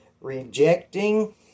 rejecting